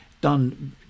done